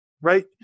right